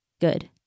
good